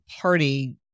party